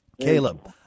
Caleb